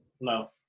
No